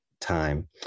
time